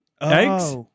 Eggs